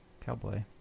Cowboy